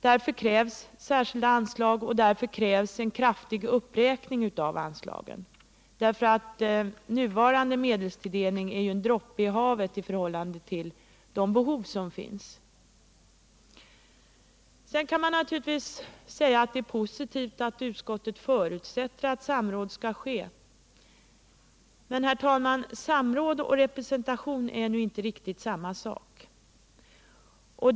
Därför krävs speciella anslag och en kraftig uppräkning av de befintliga anslagen. Nuvarande medelstilldelning är en droppe i havet i förhållande till behoven. Sedan kan man naturligtvis säga att det är positivt att utskottet förutsätter att samråd skall ske. Men, herr talman, samråd och representation är nu inte riktigt samma sak.